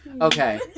Okay